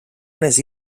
unes